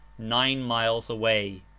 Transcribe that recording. nine miles away.